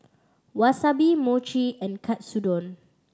Wasabi Mochi and Katsudon